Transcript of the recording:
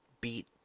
beat